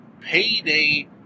Payday